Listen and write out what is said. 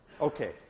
Okay